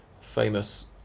famous